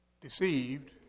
deceived